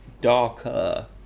darker